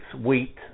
wheat